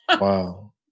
wow